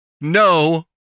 no